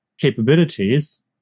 capabilities